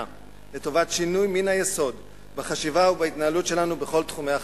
לטובת שינוי מן היסוד בחשיבה ובהתנהלות שלנו בכל תחומי החיים.